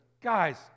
guys